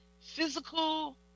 physical